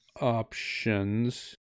options